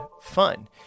fun